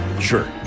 Sure